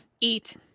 Eat